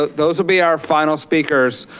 ah those will be our final speakers,